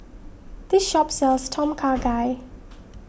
this shop sells Tom Kha Gai